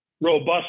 robust